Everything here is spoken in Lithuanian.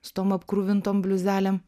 su tom apkruvintom bliuzelėm